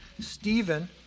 Stephen